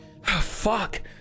fuck